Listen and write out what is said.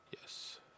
Yes